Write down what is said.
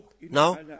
Now